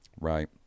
right